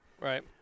Right